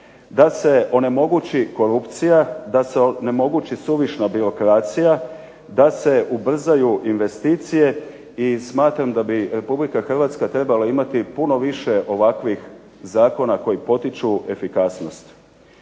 da se onemogući korupcija, da se onemogući suvišna birokracija, da se ubrzaju investicije i smatram da bi RH trebala imati puno više ovakvih zakona koji potiču efikasnost.